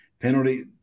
penalty